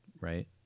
right